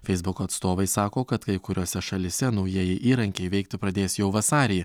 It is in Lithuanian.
facebook atstovai sako kad kai kuriose šalyse naujieji įrankiai veikti pradės jau vasarį